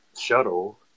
shuttle